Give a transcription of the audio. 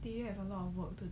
the you have a lot of work to do